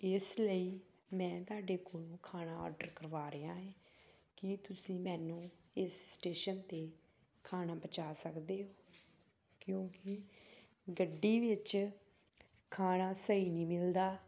ਇਸ ਲਈ ਮੈਂ ਤੁਹਾਡੇ ਕੋਲੋਂ ਖਾਣਾ ਔਡਰ ਕਰਵਾ ਰਿਹਾ ਹੈ ਕੀ ਤੁਸੀਂ ਮੈਨੂੰ ਇਸ ਸਟੇਸ਼ਨ 'ਤੇ ਖਾਣਾ ਪਹੁੰਚਾ ਸਕਦੇ ਹੋ ਕਿਉਂਕਿ ਗੱਡੀ ਵਿੱਚ ਖਾਣਾ ਸਹੀ ਨਹੀਂ ਮਿਲਦਾ